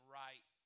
right